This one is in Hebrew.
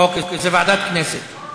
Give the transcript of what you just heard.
כי זה היה, עאידה,